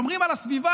שומרים על הסביבה,